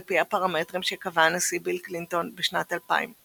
על פי הפרמטרים שקבע הנשיא ביל קלינטון בשנת 2000 —